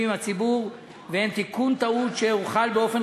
עם הציבור והם תיקון טעות שיוחל באופן